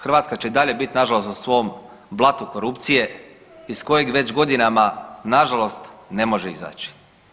Hrvatska će i dalje biti nažalost u svom blatu korupcije iz kojeg već godinama nažalost ne može izaći.